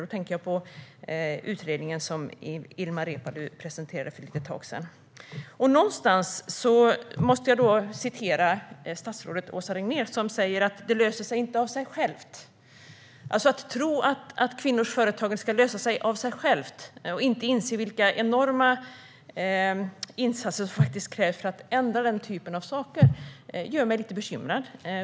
Då tänker jag på den utredning som Ilmar Reepalu presenterade för ett litet tag sedan. Statsrådet Åsa Regnér säger: Det löser sig inte av sig självt. Att tro att kvinnors företagande ska lösa sig av sig självt och inte inse vilka enorma insatser som krävs för att ändra den typen av saker gör mig lite bekymrad.